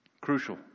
Crucial